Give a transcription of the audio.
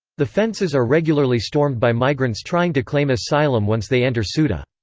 the fences are regularly stormed by migrants trying to claim asylum once they enter ceuta.